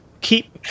keep